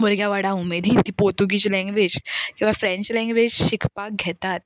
भुरगे बाबडे उमेदीन ती पोर्तुगीज लँगवेज किंवा फ्रेंच लँगवेज शिकपाक घेतात